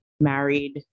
married